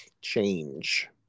change